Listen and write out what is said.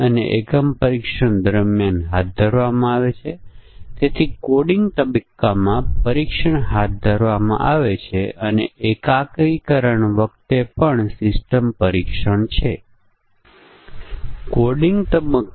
અને આપણે અહીં જુદી જુદી પરિસ્થિતિઓ બનાવીએ છીએ તેથી C 1 એ BC કરતા ઓછું છે B એ CA કરતા ઓછું છે C એ AB કરતા ઓછું છે